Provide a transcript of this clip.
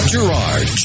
Gerard